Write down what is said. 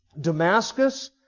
Damascus